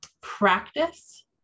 Practice